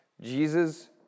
Jesus